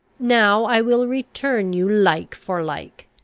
now i will return you like for like.